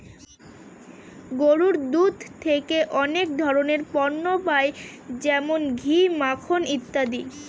গরুর দুধ থেকে অনেক ধরনের পণ্য পাই যেমন ঘি, মাখন ইত্যাদি